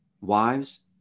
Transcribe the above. Wives